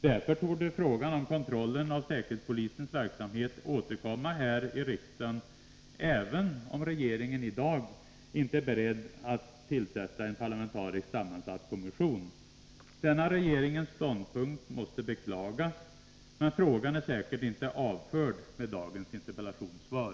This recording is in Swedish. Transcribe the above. Därför torde frågan om kontrollen av säkerhetspolisens verksamhet återkomma här i riksdagen, även om regeringen i dag inte är beredd att tillsätta en parlamentariskt sammansatt kommission. Denna regeringens ståndpunkt måste beklagas, men frågan är säkert inte avförd genom dagens interpellationssvar.